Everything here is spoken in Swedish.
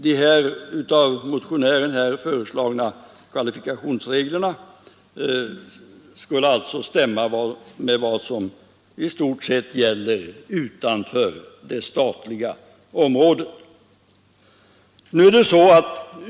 De av motionären föreslagna kvalifikationsreglerna skulle alltså stämma med vad som i stort sett gäller utanför det statliga området.